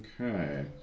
Okay